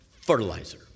fertilizer